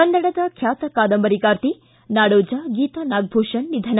ಕನ್ನಡದ ಖ್ಯಾತ ಕಾದಂಬರಿಗಾರ್ತಿ ನಾಡೋಜ ಗೀತಾ ನಾಗಭೂಷಣ ನಿಧನ